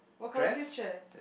what colour his chair